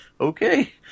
okay